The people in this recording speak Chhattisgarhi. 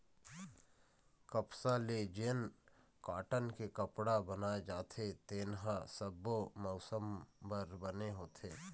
कपसा ले जेन कॉटन के कपड़ा बनाए जाथे तेन ह सब्बो मउसम बर बने होथे